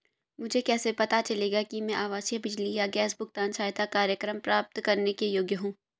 मुझे कैसे पता चलेगा कि मैं आवासीय बिजली या गैस भुगतान सहायता कार्यक्रम प्राप्त करने के योग्य हूँ?